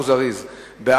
מוקדם בוועדת הכלכלה נתקבלה.